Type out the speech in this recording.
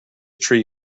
tree